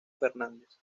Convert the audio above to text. fernández